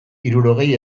hirurogei